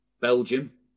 Belgium